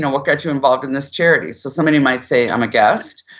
what gets you involved in this charity? so somebody might say i'm a guest,